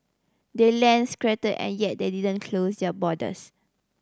they're land and yet they didn't close their borders